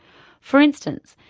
for instance,